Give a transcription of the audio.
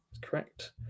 Correct